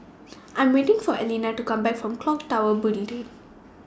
I'm waiting For Alina to Come Back from Clock Tower Building D